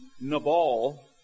nabal